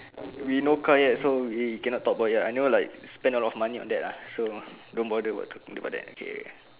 we no car yet so we cannot talk about it uh oh ya I never like spend a lot of money on that ah so don't bother about talking about that okay